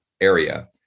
area